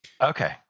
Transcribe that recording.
okay